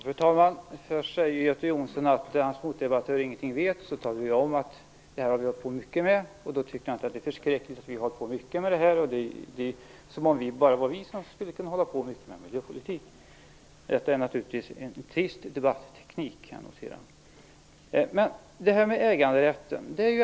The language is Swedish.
Fru talman! Först påstår Göte Jonsson att hans motdebattör ingenting vet. Sedan talar jag om att jag sysslat mycket med detta. Då tycker han att det är förskräckligt, som om det bara var vi som kunde syssla med miljöpolitik. Jag noterar att detta är en trist debattteknik.